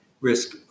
risk